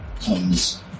comes